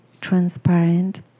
transparent